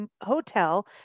hotel